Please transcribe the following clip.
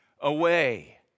away